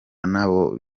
nabo